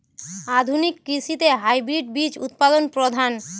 আধুনিক কৃষিতে হাইব্রিড বীজ উৎপাদন প্রধান